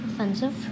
Offensive